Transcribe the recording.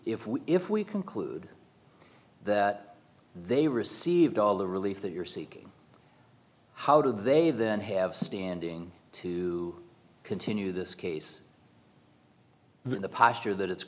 if we if we conclude that they received all the relief that you're seeking how do they then have standing to continue this case the posture that it's